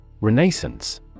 Renaissance